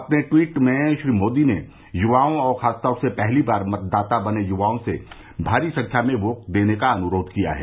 अपने ट्वीट में श्री मोदी ने युवाओं और खासतौर से पहली बार मतदाता बने युवाओं से भारी संख्या में वोट देने का अनुरोध किया है